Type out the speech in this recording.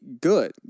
good